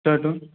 ଶହେ ଟଙ୍କା